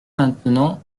maintenant